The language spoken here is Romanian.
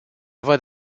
văd